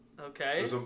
okay